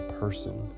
person